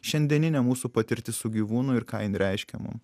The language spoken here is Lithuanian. šiandieninė mūsų patirtis su gyvūnu ir ką jin reiškia mum